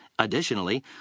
Additionally